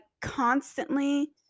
constantly